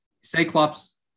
Cyclops